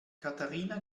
katharina